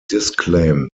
disclaimed